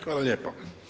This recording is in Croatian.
Hvala lijepo.